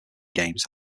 games